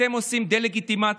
אתם עושים דה-לגיטימציה,